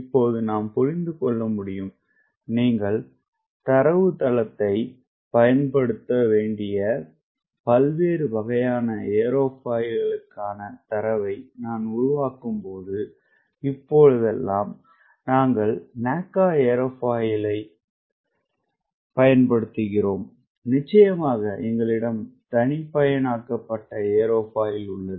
இப்போது நாம் புரிந்து கொள்ள முடியும் நீங்கள் தரவுத்தளத்தைப் பயன்படுத்த வேண்டிய பல்வேறு வகையான ஏரோஃபாயில்களுக்கான தரவை நான் உருவாக்கும்போது இப்போதெல்லாம் நாங்கள் NACA ஏரோஃபாயிலை அழைக்கிறோம் நிச்சயமாக எங்களிடம் தனிப்பயனாக்கப்பட்ட ஏரோஃபாயில் உள்ளது